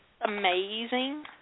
Amazing